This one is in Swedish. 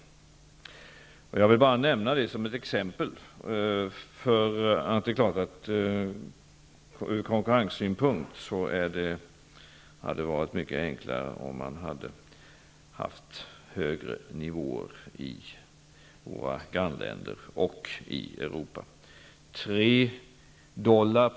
Som exempel vill jag nämna att det från konkurrenssynpunkt hade varit mycket enklare om nivåerna i våra grannländer och i Europa hade varit högre.